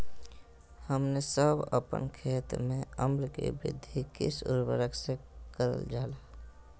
हमने सब अपन खेत में अम्ल कि वृद्धि किस उर्वरक से करलजाला?